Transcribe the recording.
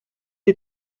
des